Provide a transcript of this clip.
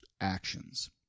actions